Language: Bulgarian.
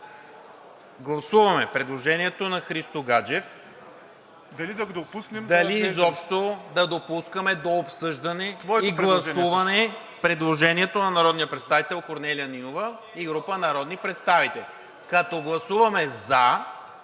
Гласуваме предложението на Христо Гаджев дали изобщо да допускаме до обсъждане и гласуване предложението на народния представител Корнелия Нинова и група народни представители. Като гласуваме за,